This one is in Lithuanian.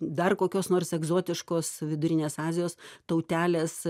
dar kokios nors egzotiškos vidurinės azijos tautelės